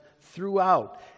throughout